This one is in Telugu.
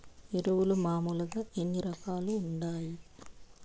ఎరువులు మామూలుగా ఎన్ని రకాలుగా వుంటాయి?